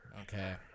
Okay